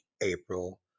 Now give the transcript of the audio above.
April